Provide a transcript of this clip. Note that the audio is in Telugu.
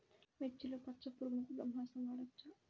మిర్చిలో పచ్చ పురుగునకు బ్రహ్మాస్త్రం వాడవచ్చా?